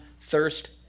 thirst